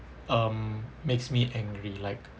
um makes me angry like